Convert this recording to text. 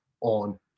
on